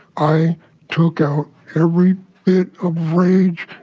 i took out every bit of rage,